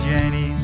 Jenny